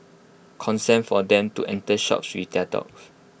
consent for them to enter shops with their dogs